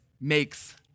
makes